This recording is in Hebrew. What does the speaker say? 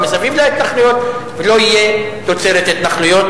מסביב להתנחלויות ולא תהיה תוצרת התנחלויות.